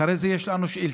אחרי זה יש לנו שאילתות,